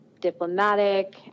diplomatic